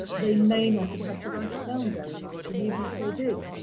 they may not have had to write it down very much. and even if they did,